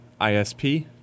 ISP